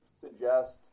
suggest